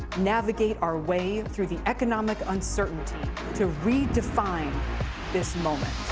navigate our way through the economic uncertainty to redefine this moment